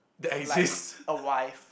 like a wife